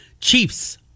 Chiefs